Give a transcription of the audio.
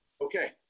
Okay